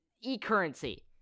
e-currency